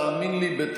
תאמין לי,